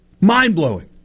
mind-blowing